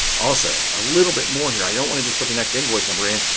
also, a little bit more here. i don't want to just put the next invoice number in.